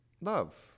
Love